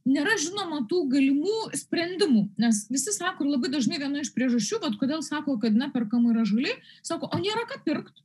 nėra žinoma tų galimų sprendimų nes visi sako ir labai dažna viena iš priežasčių kodėl sako kad neperkama yra žaliai sako a nėra ką pirkt